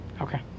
Okay